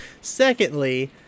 Secondly